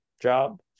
job